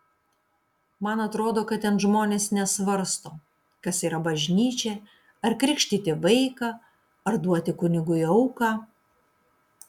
man atrodo kad ten žmonės nesvarsto kas yra bažnyčia ar krikštyti vaiką ar duoti kunigui auką